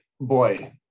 boy